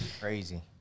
crazy